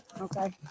Okay